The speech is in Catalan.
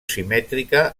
simètrica